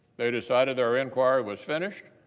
they decided their inquiry was finished,